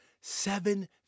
Seven